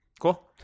Cool